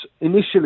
initially